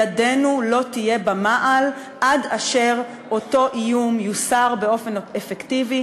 ידנו לא תהיה במעל עד אשר אותו איום יוסר באופן אפקטיבי,